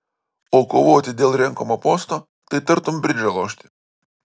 o kovoti dėl renkamo posto tai tartum bridžą lošti